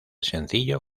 sencillo